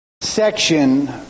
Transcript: section